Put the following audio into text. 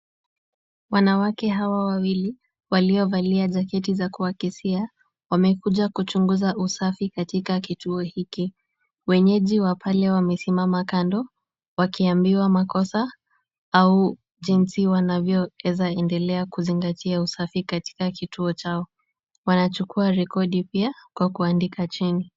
Wanawake hawa wawili waliovalia jaketi za kuakisia, wamekuja kuchunguza usafi katika kituo hiki. Wenyeji wa pale wamesimama kando, wakiambiwa makosa au jinsi wanavyoeza endelea kuzingatia usafi katika kituo chao. Wanachukua rekodi pia kwa kuandika chini.